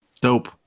Dope